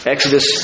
Exodus